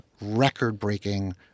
record-breaking